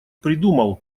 придумал